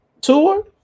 tour